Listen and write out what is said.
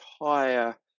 entire